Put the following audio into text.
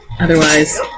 otherwise